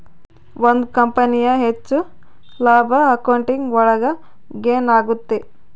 ಒಂದ್ ಕಂಪನಿಯ ಹೆಚ್ಚು ಲಾಭ ಅಕೌಂಟಿಂಗ್ ಒಳಗ ಗೇನ್ ಆಗುತ್ತೆ